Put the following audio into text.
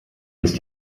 ist